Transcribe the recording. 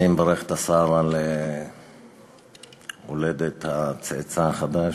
אני מברך את השר על הולדת הצאצא החדש.